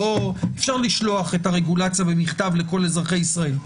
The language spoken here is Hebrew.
אי אפשר לשלוח את הרגולציה במכתב לכל אזרחי ישראל,